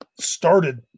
started